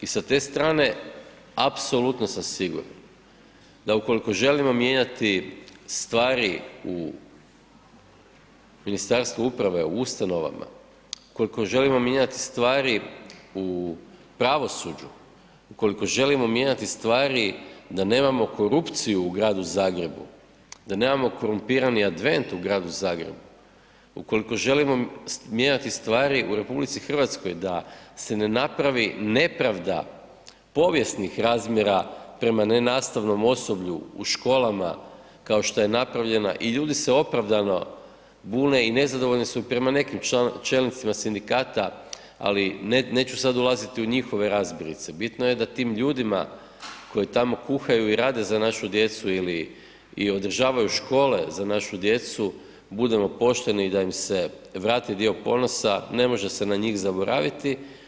I sa te strane apsolutno sam siguran da ukoliko želimo mijenjati stvari u Ministarstvu uprave, u ustanovama, ukoliko želimo mijenjati stvari u pravosuđu, ukoliko želimo mijenjati stvari da nemamo korupciju u gradu Zagrebu, da nemamo korumpirani advent u gradu Zagrebu, ukoliko želimo mijenjati stvari u RH da se ne napravi nepravda povijesnih razmjera prema nenastavnom osoblju u školama kao što je napravljena i ljudi se opravdano bune i nezadovoljni su i prema nekim čelnicima sindikata ali neću sada ulaziti u njihove razmirice, bitno je da tim ljudima koji tamo kuhaju i rade za našu djecu ili i održavaju škole za našu djecu budemo pošteni i da im se vrati dio ponosa, ne može se na njih zaboraviti.